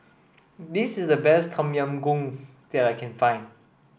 this is the best Tom Yam Goong that I can find